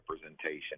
representation